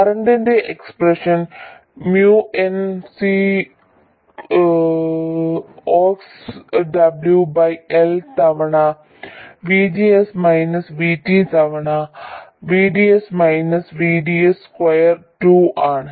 കറന്റിന്റെ expression mu n C ox W by L തവണ VGS minus VT തവണ VDS minus VDS square 2 ആണ്